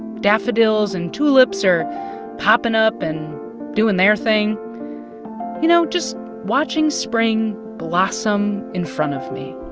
daffodils and tulips are popping up and doing their thing you know, just watching spring blossom in front of me.